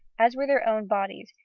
as were their own bodies,